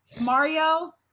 Mario